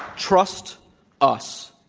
trust us.